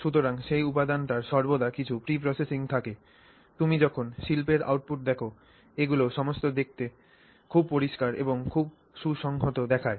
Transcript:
সুতরাং সেই উপাদানটির সর্বদা কিছু preprocessing থাকে তুমি যখন শিল্পের আউটপুট দেখ এগুলো সমস্ত দেখতে খুব পরিষ্কার এবং খুব সুসংহত দেখায়